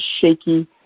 shaky